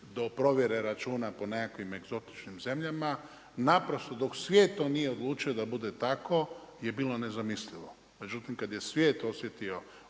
do provjere računa po nekakvim egzotičnim zemljama. Naprosto dok svijet to nije odlučio da to bude tako je bilo nezamislivo. Međutim, kad je svijet osjetio